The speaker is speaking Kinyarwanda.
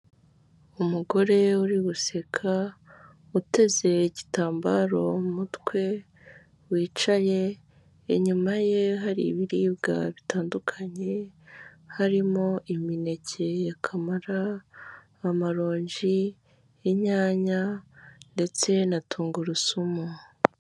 Umugore uri guseka uteze igitambaro mu mutwe wicaye inyuma ye hari ibiribwa bitandukanye harimo imineke ya kamara, amarongi, inyanya ndetse na tungurusumu.